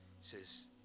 says